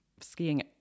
skiing